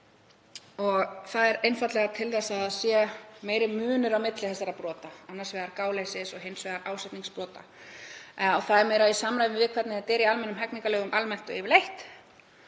Það er einfaldlega til þess að meiri munur sé á milli þessara brota, annars vegar gáleysis- og hins vegar ásetningsbrota. Það er í samræmi við það hvernig þetta er í almennum hegningarlögum almennt og yfirleitt,